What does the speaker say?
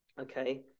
Okay